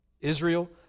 Israel